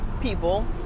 people